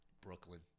Brooklyn